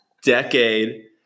Decade